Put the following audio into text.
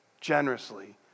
generously